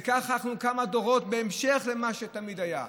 וככה אנחנו כמה דורות, בהמשך למה שתמיד היה.